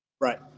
Right